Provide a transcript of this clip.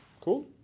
cool